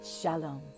Shalom